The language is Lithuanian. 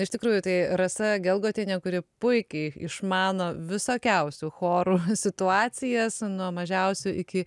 iš tikrųjų tai rasa gelgotienė kuri puikiai išmano visokiausių chorų situacijas nuo mažiausių iki